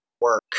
work